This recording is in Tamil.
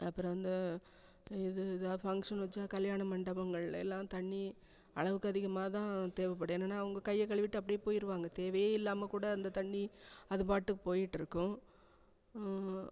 அப்புறம் வந்து இது எதாது ஃபங்க்ஷன் வச்சால் கல்யாண மண்டபங்கள்லேலாம் தண்ணி அளவுக்கு அதிகமாக தான் தேவைப்படும் என்னென்னா அவங்க கையை கழுவிட்டு அப்படியே போயிடுவாங்க தேவையே இல்லாமல் கூட அந்த தண்ணி அது பாட்டுக்கு போயிட்ருக்கும்